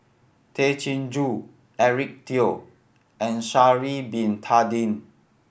Tay Chin Joo Eric Teo and Sha'ari Bin Tadin